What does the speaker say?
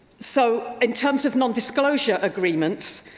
so, in terms of non-disclosure agreements,